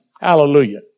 Hallelujah